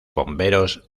bomberos